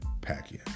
Pacquiao